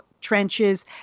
Trenches